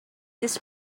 this